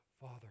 Father